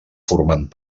formant